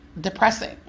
depressing